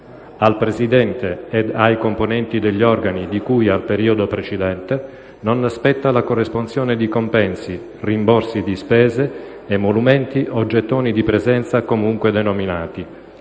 Al Presidente e ai componenti degli organi di cui al periodo precedente non spetta la corresponsione di compensi, rimborsi di spese, emolumenti o gettoni di presenza comunque denominati.